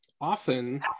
often